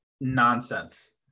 nonsense